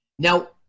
Now